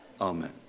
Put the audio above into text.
Amen